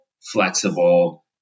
flexible